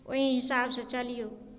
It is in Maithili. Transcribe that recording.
ओइ हिसाबसँ चलियौ